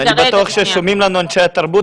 אני בטוח ששומעים אותנו אנשי התרבות